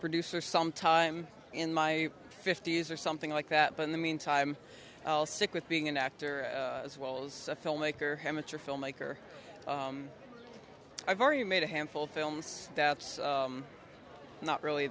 producer some time in my fifty's or something like that but in the meantime i'll stick with being an actor as wells a filmmaker amateur filmmaker i've already made a handful films that's not really